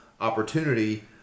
opportunity